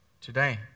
today